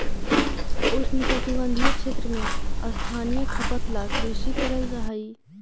उष्णकटिबंधीय क्षेत्र में स्थानीय खपत ला कृषि करल जा हई